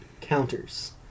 counters